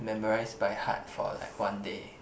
memorise by heart for like one day